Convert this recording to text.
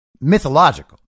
mythological